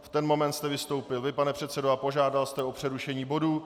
V ten moment jste vystoupil vy, pane předsedo, a požádal jste o přerušení bodu.